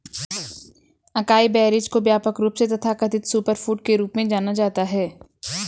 acai berries को व्यापक रूप से तथाकथित सुपरफूड के रूप में जाना जाता है